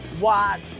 watch